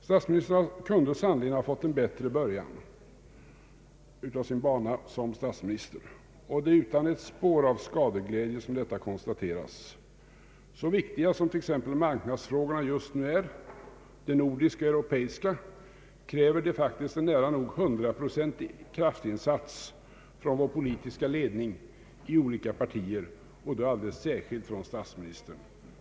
Statsministern kunde sannerligen ha fått en bättre början av sin bana som statsminister. Det är utan ett spår av skadeglädje som detta konstateras. Så viktiga som tex. marknadsfrågorna just nu är — de nordiska och europeiska — kräver de faktiskt en nära nog hundraprocentig kraftinsats från vår politiska ledning i olika partier och då alldeles särskilt från statsministern.